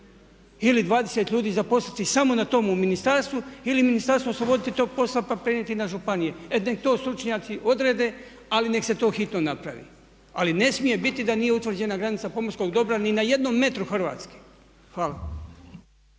ili 20 ljudi zaposliti samo na tom u ministarstvu ili ministarstvo osloboditi tog posla pa prenijeti na županije. Nek to stručnjaci odrede ali nek se to hitno napravi. Ali ne smije biti da nije utvrđena granica pomorskog dobra ni na jednom metru Hrvatske. Hvala.